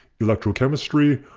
electrochemistry,